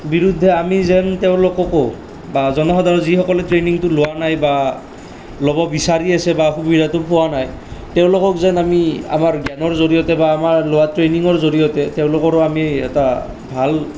বিৰুদ্ধে আমি যেন তেওঁলোককো বা জনসাধাৰণ যিসকলে ট্ৰেনিঙটো লোৱা নাই বা ল'ব বিচাৰি আছে বা সুবিধাটো পোৱা নাই তেওঁলোকক যেন আমি আমাৰ গেঙৰ জৰিয়তে বা আমাৰ লোৱা ট্ৰেনিঙৰ জৰিয়তে তেওঁলোকৰো আমি এটা ভাল